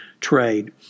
trade